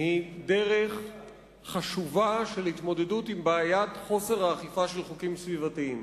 היא דרך חשובה של התמודדות עם בעיית חוסר האכיפה של חוקים סביבתיים.